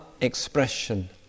expression